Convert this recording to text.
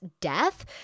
death